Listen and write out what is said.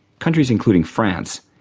countries including france,